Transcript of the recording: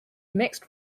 mixed